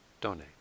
donate